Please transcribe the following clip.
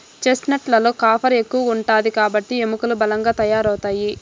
chestnut లలో copper ఎక్కువ ఉంటాది కాబట్టి ఎముకలు బలంగా తయారవుతాయి